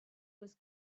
was